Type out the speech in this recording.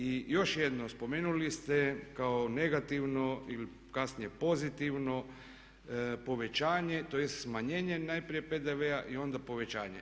I još jednom, spomenuli ste kao negativno ili kasnije pozitivno povećanje tj. smanjenje najprije PDV-a i onda povećanje.